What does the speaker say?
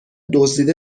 دزدیده